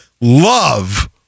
love